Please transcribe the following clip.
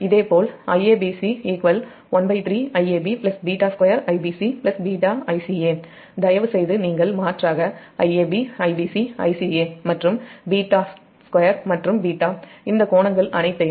இதேபோல் Iab213 Iabβ2Ibc β Ica தயவுசெய்து நீங்கள் மாற்றாக Iab Ibc Ica மற்றும் β2 மற்றும் β இந்த கோணங்கள் அனைத்தும் Iab2 8